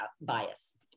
bias